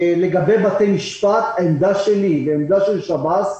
לגבי בתי המשפט עמדתי, ועמדת שב"ס,